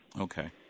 Okay